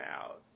out